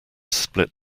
split